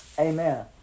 Amen